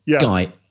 Guy